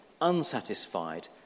unsatisfied